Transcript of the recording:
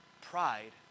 pride